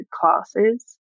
classes